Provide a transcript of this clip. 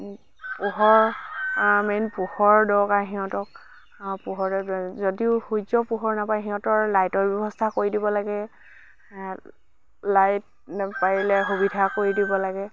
পোহৰ মেইন পোহৰ দৰকাৰ সিহঁতক পোহৰতে যদিও সূৰ্য পোহৰ নাপায় সিহঁতৰ লাইটৰ ব্যৱস্থা কৰি দিব লাগে লাইট নপৰিলে সুবিধা কৰি দিব লাগে